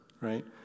right